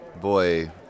boy